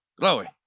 Glory